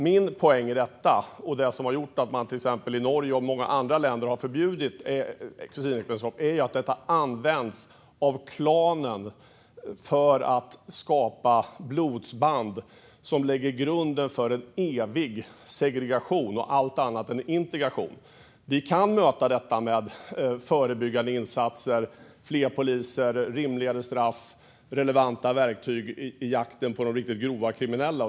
Min poäng, och det som har gjort att man till exempel i Norge och många andra länder har förbjudit kusinäktenskap, är dock att detta används av klanen för att skapa blodsband som lägger grunden för en evig segregation - allt annat än integration. Vi kan möta detta med förebyggande insatser, fler poliser, rimligare straff och relevanta verktyg i jakten på de riktigt grovt kriminella.